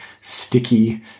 sticky